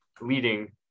leading